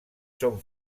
són